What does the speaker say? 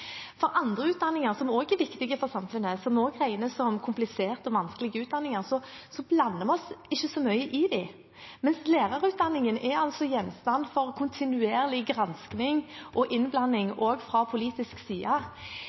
den. Andre utdanninger som er viktige for samfunnet og regnes som kompliserte og vanskelige, blander vi oss ikke så mye inn i, mens lærerutdanningen er gjenstand for kontinuerlig gransking og innblanding, også fra politisk side.